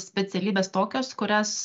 specialybės tokios kurias